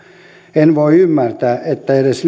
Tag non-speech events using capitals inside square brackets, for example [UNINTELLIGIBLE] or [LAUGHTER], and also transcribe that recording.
en voi ymmärtää että edes [UNINTELLIGIBLE]